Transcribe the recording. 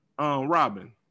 Robin